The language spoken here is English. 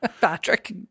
Patrick